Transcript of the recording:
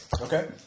Okay